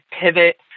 pivot